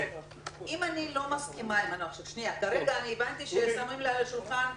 זה באמת מצב קצת לא שגרתי מבחינה פרוצדורלית,